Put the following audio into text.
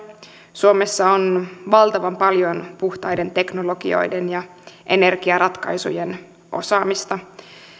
suomessa on valtavan paljon puhtaiden teknologioiden ja energiaratkaisujen osaamista